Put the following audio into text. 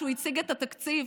כשהוא הציג את התקציב,